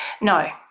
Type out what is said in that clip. No